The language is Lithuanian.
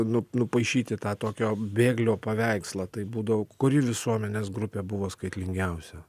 nu nupaišyti tą tokio bėglio paveikslą tai būdavo kuri visuomenės grupė buvo skaitlingiausia